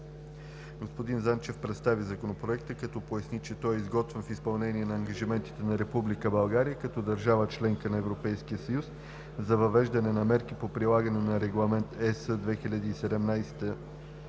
Господин Занчев представи Законопроекта, като поясни, че той е изготвен в изпълнение на ангажиментите на Република България като държава – членка на Европейския съюз, за въвеждане на мерки по прилагане на Регламент (ЕС)